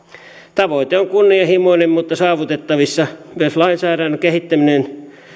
tavoite on kunnianhimoinen mutta saavutettavissa myös lainsäädännön kehittäminen